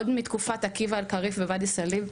עוד מתקופת עקיבא אלקריף בוואדי סליב,